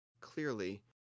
clearly